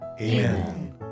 Amen